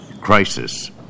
crisis